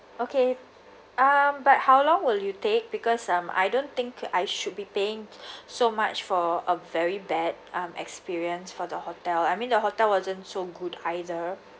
okay um but how long will you take because um I don't think I should be paying so much for a very bad um experience for the hotel I mean the hotel wasn't so good either